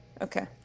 Okay